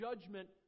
judgment